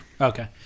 Okay